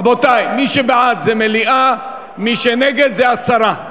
רבותי, מי שבעד זה מליאה, מי שנגד זה הסרה.